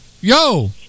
Yo